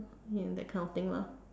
ya and that kind of thing lah